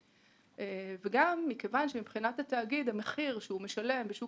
אבל גם מכיוון שמבחינת התאגיד המחיר שהוא משלם בשוק